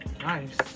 Nice